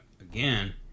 again